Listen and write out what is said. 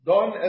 Don